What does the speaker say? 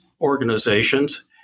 organizations